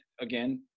again